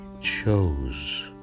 chose